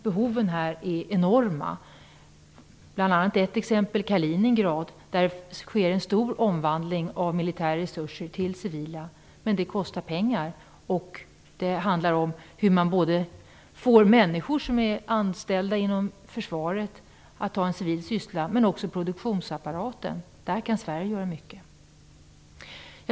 Behoven här är enorma. I exempelvis Kaliningrad sker det en stor omvandling av militära resurser till civila, men det kostar pengar. Dessutom handlar det om hur man får människor anställda inom försvaret att ta en civil syssla och också om produktionsapparaten. Där kan Sverige göra mycket.